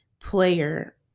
player